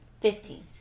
Fifteen